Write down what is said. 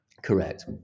Correct